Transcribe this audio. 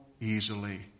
easily